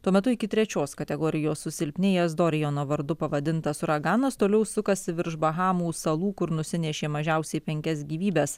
tuo metu iki trečios kategorijos susilpnėjęs doriano vardu pavadintas uraganas toliau sukasi virš bahamų salų kur nusinešė mažiausiai penkias gyvybes